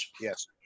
Yes